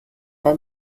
bei